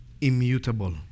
immutable